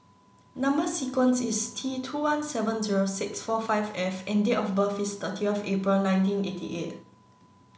number sequence is T two one seven zero six four five F and date of birth is thirty of April nineteen eighty eight